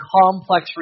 complex